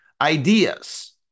ideas